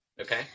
okay